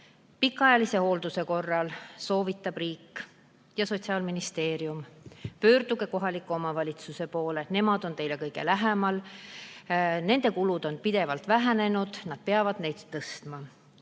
pikaajalise hoolduse korral soovitavad riik ja Sotsiaalministeerium: pöörduge kohaliku omavalitsuse poole, nemad on teile kõige lähemal. Nende kulud on pidevalt vähenenud, nad peavad neid